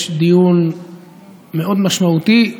יש דיון מאוד משמעותי,